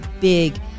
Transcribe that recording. big